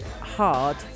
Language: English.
hard